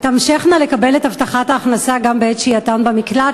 תמשכנה לקבל את הבטחת ההכנסה גם בעת שהייתן במקלט,